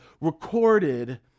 recorded